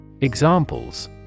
Examples